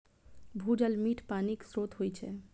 भूजल मीठ पानिक स्रोत होइ छै